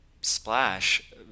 splash